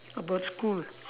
about school